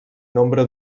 nombre